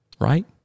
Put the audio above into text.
Right